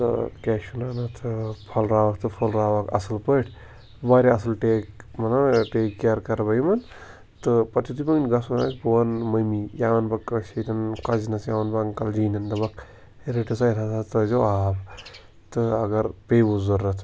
تہٕ کیٛاہ چھِ وَنان اَتھ پھۅلراوَکھ تہٕ پَھۅلراوَکھ اَصٕل پٲٹھۍ واریاہ اَصٕل ٹیک مَطلَب ٹیک کِیَر کَرٕ بہٕ یِمَن تہٕ پَتہٕ یِتھُے وۅنۍ گَژھُن آسہِ بہٕ وَنہٕ مٔمِی یا وَنہٕ بہٕ کٲنٛسہِ ہیٚرِم کَزِنَس یا وَنہٕ بہٕ اَنکَل جی نؠن دَپَکھ رٔٹِو سا یَتھ ہَسا ترٛٲوۍزیٚو آب تہٕ اَگر پیٚیہِ وٕ ضروٗرت